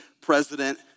President